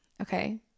Okay